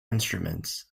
instruments